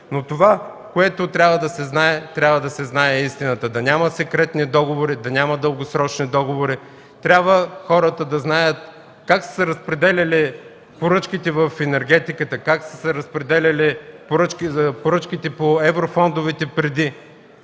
Това, което трябва да се знае – трябва да се знае истината, да няма секретни договори, да няма дългосрочни договори. Хората трябва да знаят как са се разпределяли поръчките в енергетиката, как са се разпределяли поръчките по еврофондовете преди.